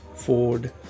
ford